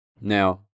Now